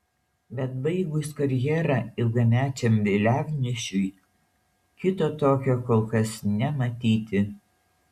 bet baigus karjerą ilgamečiam vėliavnešiui kito tokio kol kas nematyti